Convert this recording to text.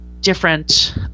different